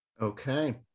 Okay